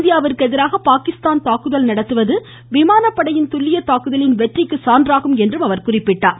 இந்தியாவிற்கு எதிராக பாகிஸ்தான் தாக்குதல் நடத்துவது விமானப்படையின் துல்லிய தாக்குதலின் வெற்றிக்கு சான்றாகும் என்றார்